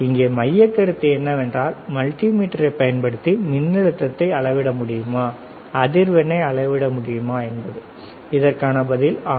இங்கே மையக்கருத்து என்னவென்றால் மல்டிமீட்டரைப் பயன்படுத்தி மின்னழுத்தத்தை அளவிட முடியுமா அதிர்வெண்ணை அளவிட முடியுமா என்பது இதற்கான பதில் ஆம்